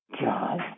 God